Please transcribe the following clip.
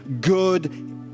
good